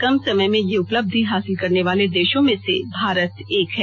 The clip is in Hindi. कम समय में यह उपलब्धि हासिल करने वाले देशों में से भारत एक है